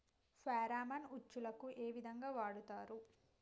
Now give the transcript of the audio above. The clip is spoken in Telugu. ఫెరామన్ ఉచ్చులకు ఏ విధంగా వాడుతరు?